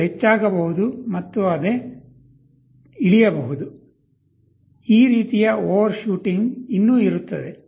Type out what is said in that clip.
ಅದು ಹೆಚ್ಚಾಗಬಹುದು ಮತ್ತು ಅದು ಮತ್ತೆ ಇಳಿಯಬಹುದು ಈ ರೀತಿಯ ಓವರ್ಶೂಟಿಂಗ್ ಇನ್ನೂ ಇರುತ್ತದೆ